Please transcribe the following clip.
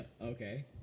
okay